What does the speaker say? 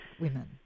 women